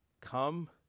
come